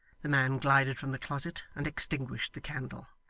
the man glided from the closet, and extinguished the candle.